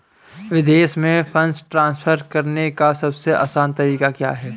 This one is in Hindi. विदेश में फंड ट्रांसफर करने का सबसे आसान तरीका क्या है?